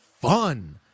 fun